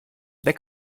weg